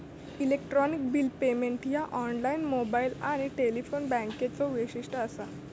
electronic bill payment ह्या online, mobile आणि telephone बँकिंगचो वैशिष्ट्य असा